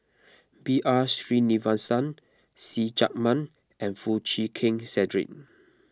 B R Sreenivasan See Chak Mun and Foo Chee Keng Cedric